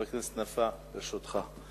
חבר הכנסת נפאע, ברשותך.